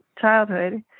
childhood